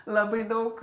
labai daug